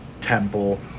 Temple